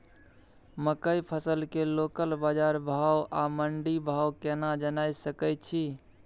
मकई फसल के लोकल बाजार भाव आ मंडी भाव केना जानय सकै छी?